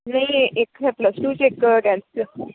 ਨਹੀਂ ਇੱਕ ਹੈ ਪਲੱਸ ਟੂ 'ਚ ਇੱਕ ਟੈਨਥ 'ਚ